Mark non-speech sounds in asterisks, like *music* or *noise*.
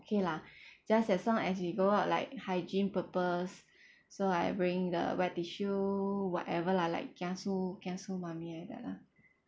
okay lah *breath* just as long as you go out like hygiene purpose so I bring the wet tissue whatever lah like kiasu kiasu mummy like that lah